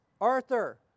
arthur